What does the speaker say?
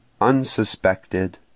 unsuspected